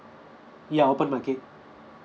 ya open market